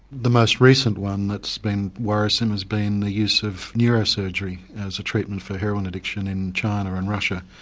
the most recent one that's been worrisome has been the use of neurosurgery as a treatment for heroin addiction in china and russia.